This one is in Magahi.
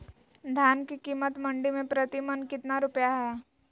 धान के कीमत मंडी में प्रति मन कितना रुपया हाय?